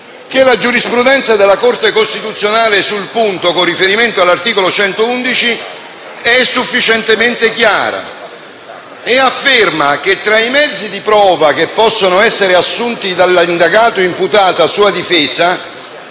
che la giurisprudenza della Corte costituzionale sul punto, con riferimento all'articolo 111, è sufficientemente chiara e afferma che, tra i mezzi di prova che possono essere assunti dall'indagato/imputato a sua difesa,